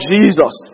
Jesus